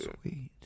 Sweet